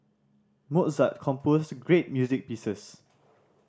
Mozart composed great music pieces